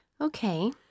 Okay